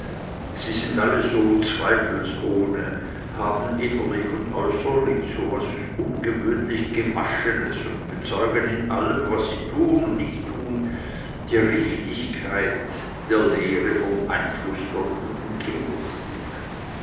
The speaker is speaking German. sie sind alle so zweifelsohne haben innerlich und äußerlich so was ungewöhnlich gewaschenes und bezeugen in allem was sie tun und nicht tun die richtigkeit der lehre vom einfluß der guten kinderstube